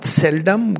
seldom